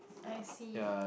I see